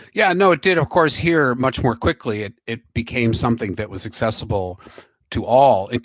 yeah, no it did of course here much more quickly it it became something that was accessible to all. and